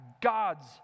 God's